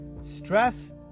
Stress